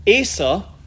Asa